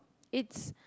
it's